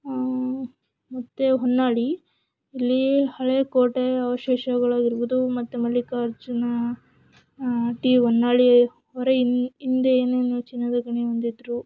ಮತ್ತು ಹೊನ್ನಾಳಿ ಇಲ್ಲಿ ಹಳೆಯಕೋಟೆ ಅವಶೇಷಗಳಾಗಿರ್ಬೋದು ಮತ್ತು ಮಲ್ಲಿಕಾರ್ಜುನ ಟಿ ಹೊನ್ನಾಳಿ ಅವ್ರು ಹಿ ಹಿಂದೆ ಏನೇನೋ ಚಿನ್ನದ ಗಣಿ ಹೊಂದಿದ್ರು